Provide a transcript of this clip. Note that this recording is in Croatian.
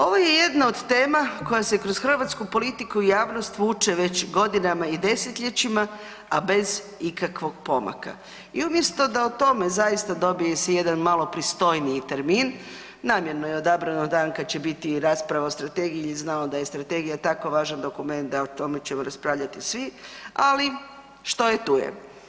Ovo je jedna od tema koja se kroz hrvatsku politiku i javnost vuče već godinama i desetljećima, a bez ikakvog pomaka i umjesto da o tome zaista dobije se jedan malo pristojniji termin, namjerno je odabrano dan kad će biti i rasprava o Strategiji, znamo da je Strategija tako važan dokument, da o tome ćemo raspravljati svi, ali što je, tu je.